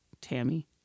Tammy